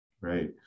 Right